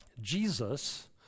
Jesus